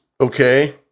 okay